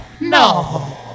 No